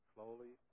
Slowly